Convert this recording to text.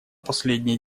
последнее